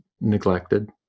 neglected